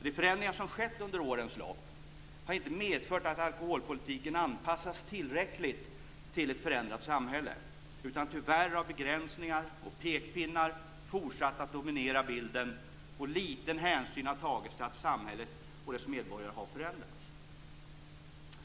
De förändringar som skett under årens lopp har inte medfört att alkoholpolitiken anpassats tillräckligt till ett förändrat samhälle, utan tyvärr har begränsningar och pekpinnar fortsatt att dominera bilden, och liten hänsyn har tagits till att samhället och dess medborgare har förändrats.